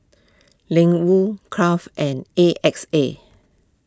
Ling Wu Crave and A X A